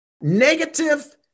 negative